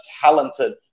talented